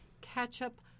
ketchup